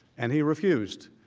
and he refused.